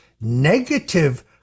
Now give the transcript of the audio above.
negative